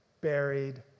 buried